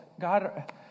God